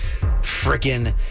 freaking